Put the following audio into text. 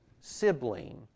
sibling